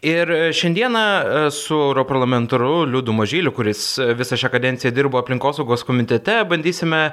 ir šiandieną su europarlamentaru liudu mažyliu kuris visą šią kadenciją dirbo aplinkosaugos komitete bandysime